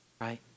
right